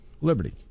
Liberty